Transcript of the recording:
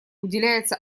уделяется